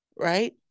right